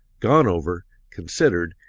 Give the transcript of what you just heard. gone over, considered,